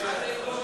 מה זה ירושלמית?